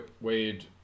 Wade